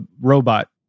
robot